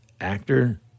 actor